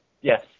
Yes